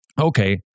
okay